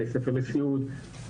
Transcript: סיעוד,